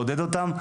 לעודד אותם.